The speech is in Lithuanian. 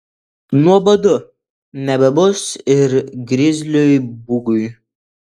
nuobodu nebebus ir grizliui bugui